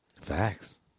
facts